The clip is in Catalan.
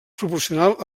proporcional